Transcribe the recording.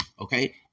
okay